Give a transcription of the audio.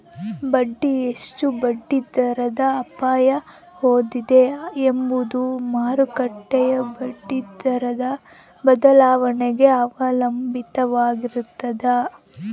bond ಎಷ್ಟು ಬಡ್ಡಿದರದ ಅಪಾಯ ಹೊಂದಿದೆ ಎಂಬುದು ಮಾರುಕಟ್ಟೆಯ ಬಡ್ಡಿದರದ ಬದಲಾವಣೆಗೆ ಅವಲಂಬಿತವಾಗಿರ್ತದ